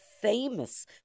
famous